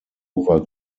nova